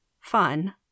fun